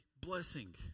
blessing